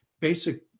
basic